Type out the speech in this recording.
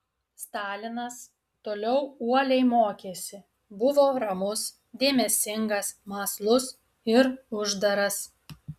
stalinas toliau uoliai mokėsi buvo ramus dėmesingas mąslus ir uždaras